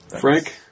Frank